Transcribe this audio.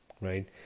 right